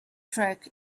track